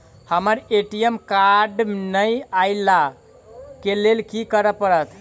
हमरा ATM card नै अई लई केँ लेल की करऽ पड़त?